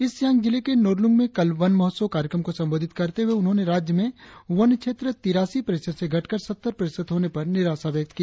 east Siang जिलें के नोरलुंग में कल वन महोत्सव कार्यक्रम को संबोधित करते हुए उन्होंने राज्य में वन क्षेत्र तिरासी प्रतिशत से घटकर सत्तर प्रतिशत होने पर निराशा व्यक्त की